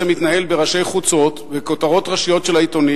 זה מתנהל בראש חוצות ובכותרות ראשיות של העיתונים.